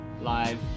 live